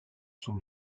sont